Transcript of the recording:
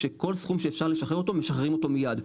שכל סכום שאפשר לשחרר אותו משחררים אותו מיד,